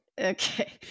Okay